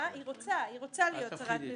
היא רוצה להיות שרת ביטחון.